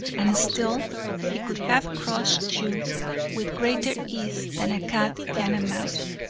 and still he could have crushed you with greater ease than a cat can a mouse,